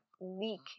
leak